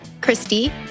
Christy